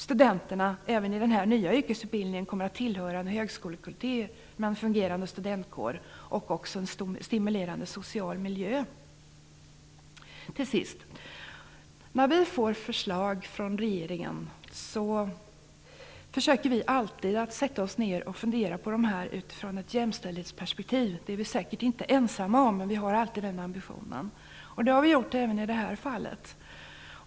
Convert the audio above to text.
Studenterna även inom den här nya yrkesutbildningen kommer att tillhöra en högskolekultur med en fungerande studentkår och en stimulerande social miljö. När vi får förslag från regeringen försöker vi alltid att fundera över dem utifrån ett jämställdhetsperspektiv. Det är vi säkert inte ensamma om, men vi har alltid den ambitionen. Så har vi gjort även i det här fallet.